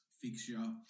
fixture